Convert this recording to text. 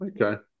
Okay